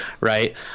right